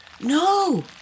No